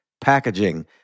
packaging